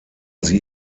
sie